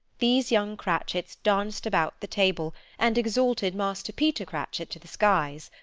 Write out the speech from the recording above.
these young cratchits danced about the table, and exalted master peter cratchit to the skies,